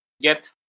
get